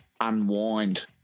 unwind